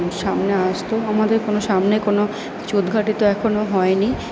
সামনে আসতো আমাদের কোনো সামনে কোনো কিছু উদ্ঘাটিত এখনো হয় নি